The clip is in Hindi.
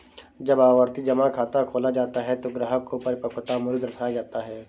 जब आवर्ती जमा खाता खोला जाता है तो ग्राहक को परिपक्वता मूल्य दर्शाया जाता है